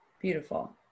Beautiful